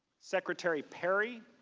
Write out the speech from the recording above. secretary perry,